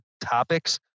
topics